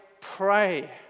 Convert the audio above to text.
Pray